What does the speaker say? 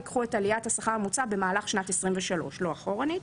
ייקחו את עליית השכר הממוצע במהלך שנת 23 ולא אחורנית.